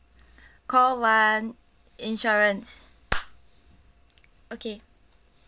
call one insurance okay